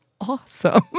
awesome